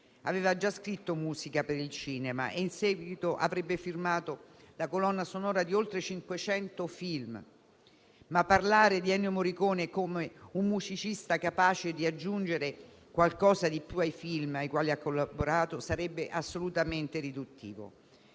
Aveva già scritto musica per il cinema e in seguito avrebbe firmato la colonna sonora di oltre 500 film. Ma parlare di Ennio Morricone come di un musicista capace di aggiungere qualcosa di più ai film ai quali ha collaborato sarebbe assolutamente riduttivo.